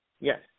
Yes